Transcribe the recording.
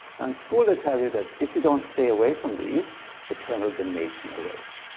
now in school they tell you that if you don't stay away from these eternal damnation awaits.